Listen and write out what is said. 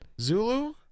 Zulu